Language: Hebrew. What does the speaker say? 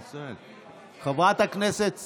חברת הכנסת סטרוק,